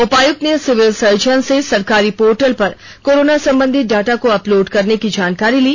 उपायुक्त ने civil surgeon से सरकारी पोर्टल पर कोरोना संबंधित डाटा को अपलोड करने की जानकारी ली